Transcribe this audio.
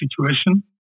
situation